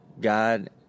God